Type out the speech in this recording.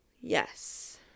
Yes